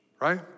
right